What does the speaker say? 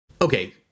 Okay